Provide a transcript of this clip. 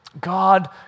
God